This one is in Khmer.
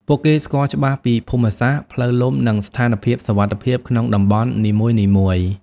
ពួកគេស្គាល់ច្បាស់ពី ភូមិសាស្ត្រ ផ្លូវលំ និងស្ថានភាពសុវត្ថិភាព ក្នុងតំបន់នីមួយៗ។